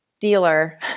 dealer